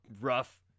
rough